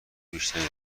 بیشتری